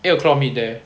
eight O'clock meet there